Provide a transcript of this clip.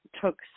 took